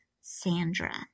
Sandra